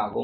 ஆகும்